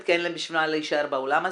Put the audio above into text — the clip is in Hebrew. כי אין להם בשביל מה להישאר בעולם הזה.